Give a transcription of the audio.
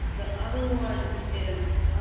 the other one is,